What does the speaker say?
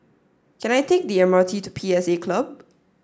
can I take the M R T to P S A Club